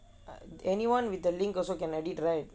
anyone with the link also can edit right